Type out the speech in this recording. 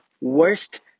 worst